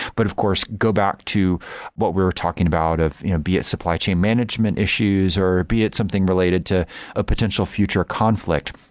but of course go back to what we're talking about of you know be it supply chain management issues or be it something related to a potential future conflict.